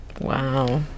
Wow